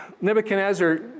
Nebuchadnezzar